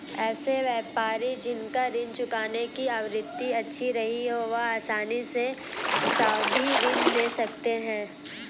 ऐसे व्यापारी जिन का ऋण चुकाने की आवृत्ति अच्छी रही हो वह आसानी से सावधि ऋण ले सकते हैं